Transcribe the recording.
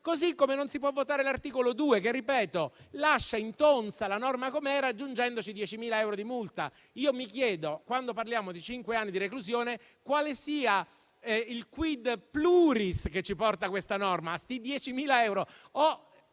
così come non si può votare l'articolo 2, che - lo ripeto - lascia intonsa la norma com'era, aggiungendo 10.000 euro di multa. Mi chiedo, quando parliamo di cinque anni di reclusione, quale sia il *quid pluris* che ci porta a tale norma con questi 10.000 euro.